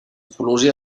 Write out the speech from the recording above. prolonger